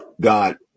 God